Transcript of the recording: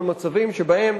במצבים שבהם